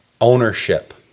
ownership